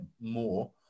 more